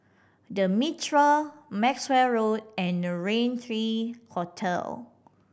The Mitraa Maxwell Road and the Rain Three Hotel